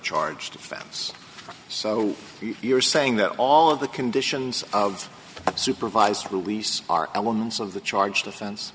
charged offense so you're saying that all of the conditions of supervised release are elements of the charged offense